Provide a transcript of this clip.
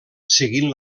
seguint